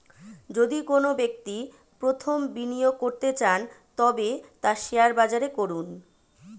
যদি কোনো ব্যক্তি প্রথম বিনিয়োগ করতে চান তবে তা শেয়ার বাজারে করুন